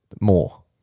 more